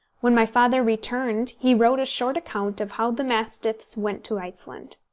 when my father returned, he wrote a short account of how the mastiffs went to iceland.